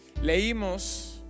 Leímos